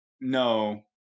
no